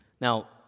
Now